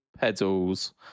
pedals